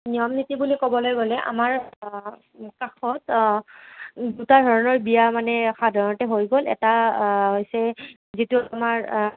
নিয়ম নীতি বুলি ক'বলৈ গ'লে আমাৰ কাষত দুটা ধৰণৰ বিয়া মানে সাধাৰণতে হৈ গ'ল এটা হৈছে যিটো তোমাৰ